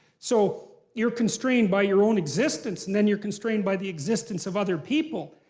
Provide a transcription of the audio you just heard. so you're constrained by your own existence and then you're constrained by the existence of other people.